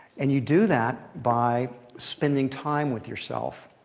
and you do that by spending time with yourself,